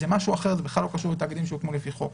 זה משהו אחר ובכלל לא קשור לתאגידים שהוקמו לפי חוק.